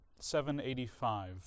785